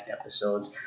episodes